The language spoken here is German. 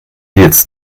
jetzt